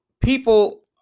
people